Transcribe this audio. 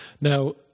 Now